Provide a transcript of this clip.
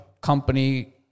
company